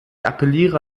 appelliere